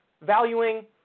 valuing